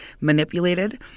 manipulated